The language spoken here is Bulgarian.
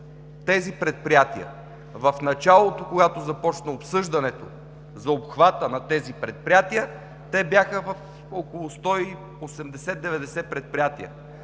тези предприятия. В началото, когато започна обсъждането за обхвата на тези предприятия, бяха около 180 –190 предприятия,